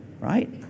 right